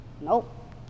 Nope